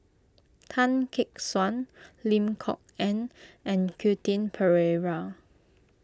Tan Gek Suan Lim Kok Ann and Quentin Pereira